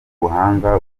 ubuhanga